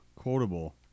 quotable